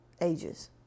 Ages